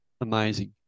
amazing